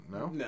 No